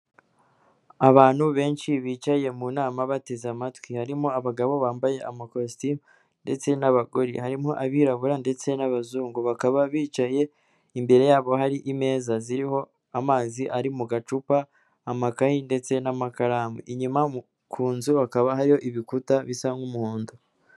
Abantu benshi bicaye mu nama bateze amatwi harimo abagabo bambaye amakositimu ndetse n'abagore, harimo abirabura ndetse n'abazungu bakaba bicaye, imbere yabo hari imeza ziriho amazi ari mu gacupa, amakaye ndetse n'amakaramu, inyuma ku nzu hakaba hariyo ibikuta bisa nk'umuhondo.